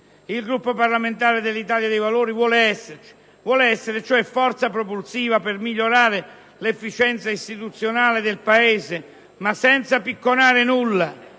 Il Gruppo parlamentare dell'Italia dei Valori vuole esserci. Vuole essere, cioè, forza propulsiva per migliorare l'efficienza istituzionale del Paese, ma senza picconare nulla.